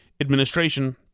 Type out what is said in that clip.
administration